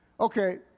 Okay